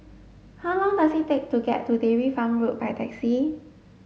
how long does it take to get to Dairy Farm Road by taxi